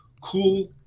cool